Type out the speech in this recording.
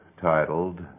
titled